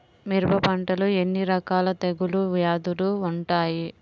మిరప పంటలో ఎన్ని రకాల తెగులు వ్యాధులు వుంటాయి?